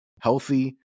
healthy